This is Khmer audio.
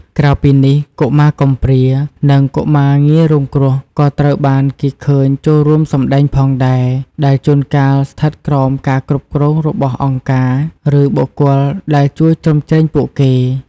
ក្រៅពីនេះ កុមារកំព្រា និង កុមារងាយរងគ្រោះ ក៏ត្រូវបានគេឃើញចូលរួមសម្ដែងផងដែរ ដែលជួនកាលស្ថិតក្រោមការគ្រប់គ្រងរបស់អង្គការ ឬបុគ្គលដែលជួយជ្រោមជ្រែងពួកគេ។